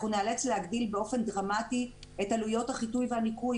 אנחנו נאלץ להגדיל באופן דרמטי את עלויות החיטוי והניקוי